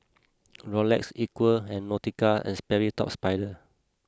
Rolex Equal and Nautica and Sperry Top Sider